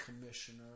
commissioner